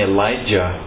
Elijah